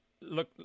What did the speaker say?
Look